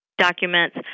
documents